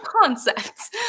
concepts